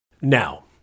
Now